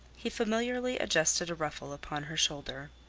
he familiarly adjusted a ruffle upon her shoulder.